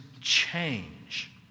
change